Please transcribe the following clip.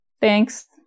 Thanks